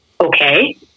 okay